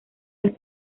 los